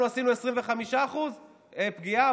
אנחנו עשינו 25% פגיעה,